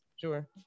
sure